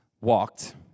walked